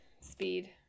Speed